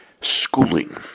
schooling